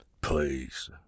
Please